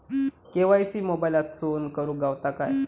KYC मोबाईलातसून करुक गावता काय?